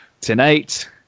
Tonight